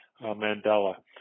Mandela